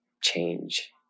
change